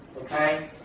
Okay